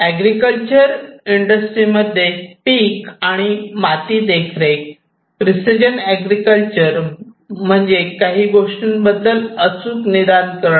agriculture agriculture industry मध्ये पीक आणि माती देखरेख प्रिसिजन अग्रिकल्चर म्हणजे काही गोष्टींबद्दल अचूक निदान करणे